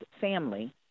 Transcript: family